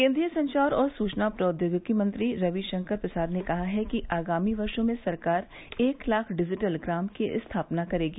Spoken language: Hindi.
केन्द्रीय संचार और सूचना प्रौद्योगिकी मंत्री रवि शंकर प्रसाद ने कहा कि आगामी वर्षो में सरकार एक लाख डिजिटल ग्राम की स्थापना करेगी